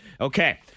Okay